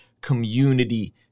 community